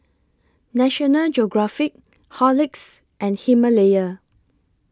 National Geographic Horlicks and Himalaya